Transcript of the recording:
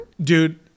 Dude